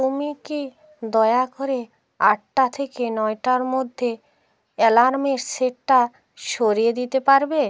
তুমি কি দয়া করে আটটা থেকে নয়টার মধ্যে অ্যালার্মের সেটটা সরিয়ে দিতে পারবে